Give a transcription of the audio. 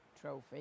trophy